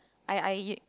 I I